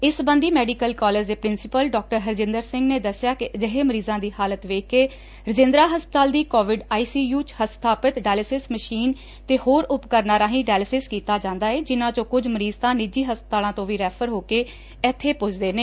ਇਸ ਸਬੰਧੀ medical college ਦੇ ਪ੍ਰਿੰਸੀਪਲ ਡਾਕਟਰ ਹਰਜਿੰਦਰ ਸਿੰਘ ਨੇ ਦੱਸਿਆ ਕਿ ਅਜਿਹੇ ਮਰੀਜਾਂ ਦੀ ਹਾਲਤ ਵੇਖ ਕੇ ਰਜੰਦਰਾ ਹਸਪਤਾਲ ਦੀ ਕੋਵਿਡ ਆਈਸੀਯੂ 'ਚ ਸਬਾਪਤ ਡਾਇਲੇਸਿਸ ਮਸ਼ੀਨ ਤੇ ਹੋਰ ਉਪਰਕਰਨਾ ਰਾਹੀ ਡਾਇਲੇਸਿਸ ਕੀਤਾ ਜਾਂਦਾ ਏ ਉਨੁਾ ਚੋ ਕੁਝ ਮਰੀਜ਼ ਤਾਂ ਨਿਜੀ ਹਸਪਤਾਲਾਂ ਤੋ ਵੀ ਰੈਫਰ ਹੋਕੇ ਇੱਥੇ ਪੁੱਜਦੇ ਨੇ